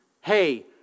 Hey